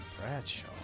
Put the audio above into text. Bradshaw